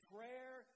Prayer